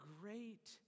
great